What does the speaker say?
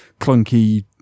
clunky